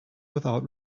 without